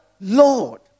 Lord